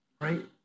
Right